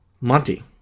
Monty